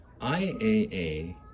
IAA